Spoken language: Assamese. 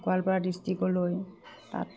গোৱালপাৰা ডিষ্ট্ৰিকলৈ তাত